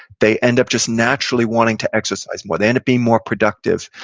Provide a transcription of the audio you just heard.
they end up just naturally want to exercise more, they end up being more productive.